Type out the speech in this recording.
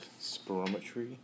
spirometry